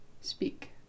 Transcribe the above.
speak